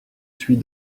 suis